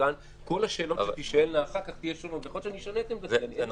שזה לא